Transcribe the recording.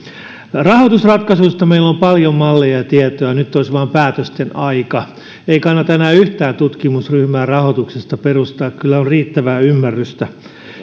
rahoitusratkaisuista meillä on paljon malleja ja tietoa nyt olisi vain päätösten aika ei kannata enää yhtään tutkimusryhmää rahoituksesta perustaa kyllä on riittävää ymmärrystä